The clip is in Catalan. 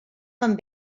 van